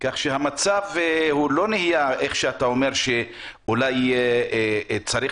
כך שהמצב לא נהיה כמו שאתה אומר שאולי יהיה צריך